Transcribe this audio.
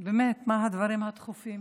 מה הדברים הדחופים